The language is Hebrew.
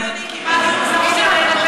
היא קיימה דיון,